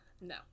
No